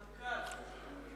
כמנכ"ל.